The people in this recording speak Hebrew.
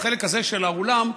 החלק הזה של האולם,